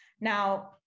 Now